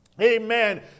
Amen